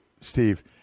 Steve